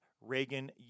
Reagan